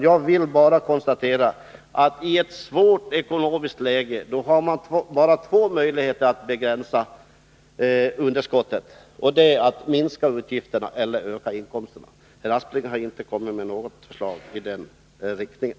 Jag vill bara konstatera att i ett svårt ekonomiskt läge har man bara två möjligheter att begränsa underskottet, och det är att minska utgifterna eller att öka inkomsterna. Herr Aspling har inte kommit med något förslag i den riktningen.